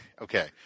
Okay